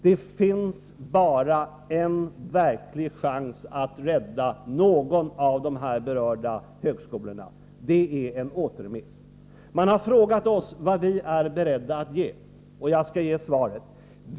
Det finns bara en verklig chans att rädda någon av de berörda högskolorna, nämligen en återremiss. Man har frågat oss vad vi är beredda att göra. Jag skall ge svaret.